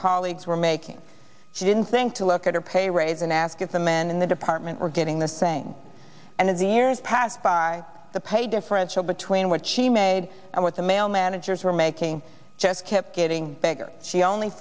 colleagues were making she didn't think to look at a pay raise and ask if the men in the department were getting the thing and as the years passed by the pay differential between what she made and what the male managers were making just kept getting bigger she only